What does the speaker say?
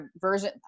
version